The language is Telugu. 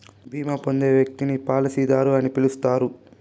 బీమా పొందే వ్యక్తిని పాలసీదారు అని పిలుస్తారు